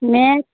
math